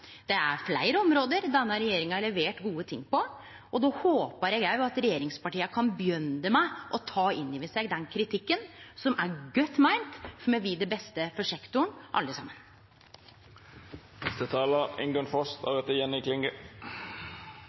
Det er fleire område der denne regjeringa har levert gode ting. Då håpar eg òg at regjeringspartia kan begynne med å ta inn over seg den kritikken som er godt meint, for me vil det beste for sektoren alle